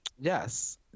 Yes